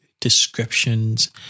descriptions